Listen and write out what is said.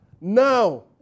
now